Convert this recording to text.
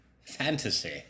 fantasy